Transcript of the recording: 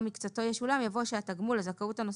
או מקצתו ישולם" יבוא "שהתגמול או הזכאות הנוספת,